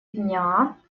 дня